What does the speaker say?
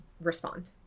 respond